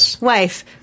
wife